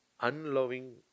unloving